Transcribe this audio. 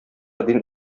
дин